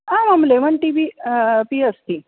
आमां lemon tea अपि अपि अस्ति